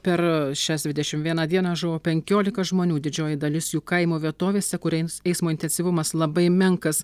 per šias dvidešimt vieną dieną žuvo penkiolika žmonių didžioji dalis jų kaimo vietovėse kur ein eismo intensyvumas labai menkas